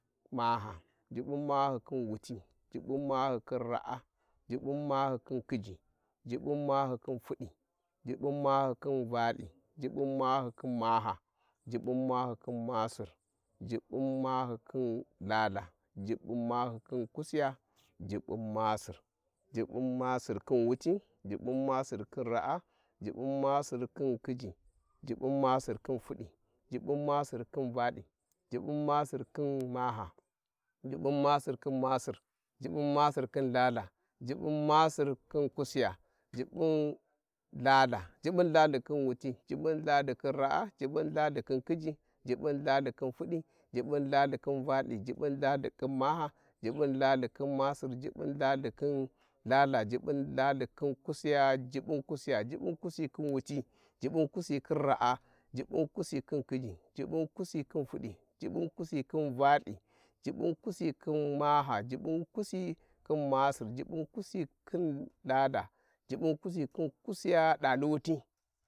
﻿Maha, Jubbun maha khin wuti, jubbun maha lehin raa, Jubbun maha khin khiji, Jubbun maha khinfudi Jubbun mahaji khin valthi, Jubbu mangi khin maha, Jubbun mahyli khin masir, Jubbun mahyi Khin Chalka Subbun manyi Khin Kusiya Jubbun masirkhin. Jubbün masir khin wuti Jubbun masir khih raa, Jubbun masir thin khi, Jubbun masir dain fucli, Jubbun masir khin valthi, Jubbun masir khin maha, Jubbun masir chin masir, Jubin masir khin Chalka, Jubbun masır khin kusiya, Jubbun Chalka, Jubbun Chachi khin wuti, Jubbun Gathikhin ra's Jubbunthathi khin kuiji, Jubbun Lhalkithin theli, Jubbun Lhathi khin valthi, Sulbun chachi khin maha, Jubbun Laalhi khin Masir, Jubbunchachi khin Chalks, Jubbun Chalhi khin kusiya, Jubbun kusiya Jubbun kusi khin with, Jublun kusi khin raa, Jubbun kusikhin khiji, Jubbun kusikuih fudi Jubbun kusi khin valthi, Jubbun kusi khin maha, Jubbun kusi khin masir, Jubbin kusi khin lhalka, fubbun kusi khin Kusiya dali wuti